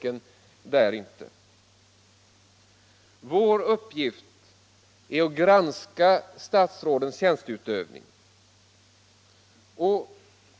Konstitutionsutskottets uppgift är att granska statsrådens tjänsteutövning.